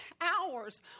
hours